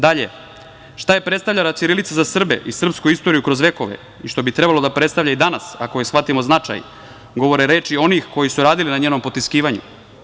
Dalje, šta je predstavljala ćirilica za Srbe i srpsku istoriju kroz vekove i što bi trebalo da predstavlja i danas, ako joj shvatimo značaj, govore reči onih koji su radili na njenom potiskivanju.